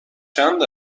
چند